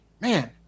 man